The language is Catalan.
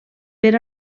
per